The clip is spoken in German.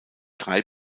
drei